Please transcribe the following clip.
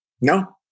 No